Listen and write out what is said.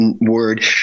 word